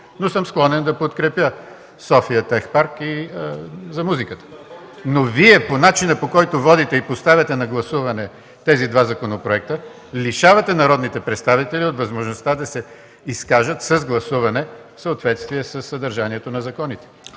но съм склонен да подкрепя „София Тех парк” и за музиката. Но Вие, по начина, по който водите и поставяте на гласуване тези два законопроекта, лишавате народните представители от възможността да се изкажат с гласуване в съответствие със съдържанието на законите.